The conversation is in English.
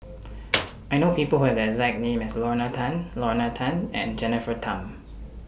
I know People Who Have The exact name as Lorna Tan Lorna Tan and Jennifer Tham